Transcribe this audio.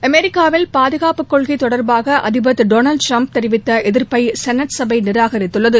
அமெரிக்காவில் பாதுகாப்பு கொள்கை தொடர்பாக அதிபர் திரு டொனால்டு டிரம்ப் தெரிவித்த எதிர்ப்பை செனட் சபை நிராகரித்துள்ளது